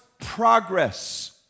progress